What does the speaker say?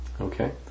Okay